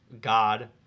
God